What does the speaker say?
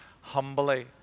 humbly